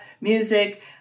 music